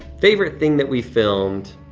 favorite thing that we filmed.